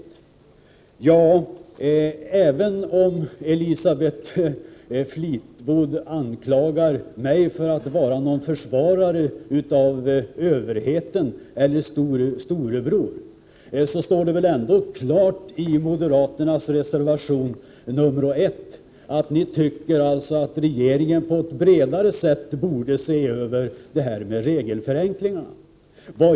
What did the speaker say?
Även om Elisabeth Fleetwood anklagar mig för att vara en försvarare av överheten eller en storebror, står det ändå tydligt i moderaternas reservation nr 1 att ni anser att regeringen på ett bredare sätt borde se över detta med regelförenklingarna.